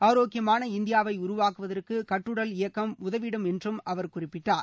ஆரோக்கியமான இந்தியாவை உருவாக்குவதற்கு கட்டுடல் இயக்கம் உதவிடும் என்றும் அவர் குறிப்பிட்டார்